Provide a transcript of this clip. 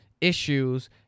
issues